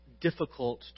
difficult